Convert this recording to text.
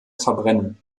verbrennen